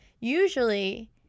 Usually